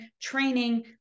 training